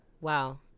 wow